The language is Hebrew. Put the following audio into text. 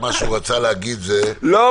מה שהוא רצה להגיד זה --- לא,